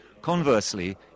conversely